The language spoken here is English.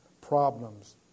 problems